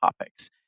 topics